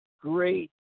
great